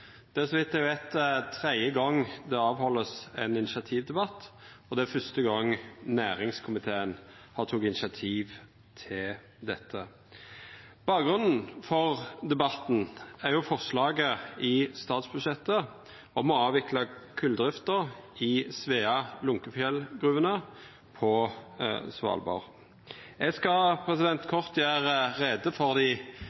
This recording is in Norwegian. – så vidt eg veit – tredje gongen det vert halde ein initiativdebatt, og det er første gongen næringskomiteen har teke initiativ til dette. Bakgrunnen for debatten er forslaget i statsbudsjettet om å avvikla koldrifta i gruvene i Svea og Lunckefjell på Svalbard. Eg skal